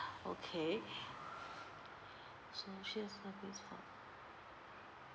okay social service